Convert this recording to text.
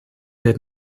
did